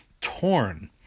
torn